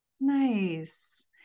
Nice